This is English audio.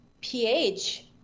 pH